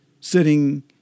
sitting